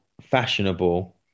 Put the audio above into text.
fashionable